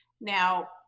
Now